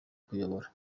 kuyobora